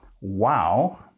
wow